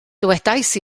dywedais